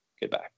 Goodbye